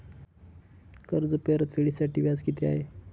कर्ज परतफेडीसाठी व्याज किती आहे?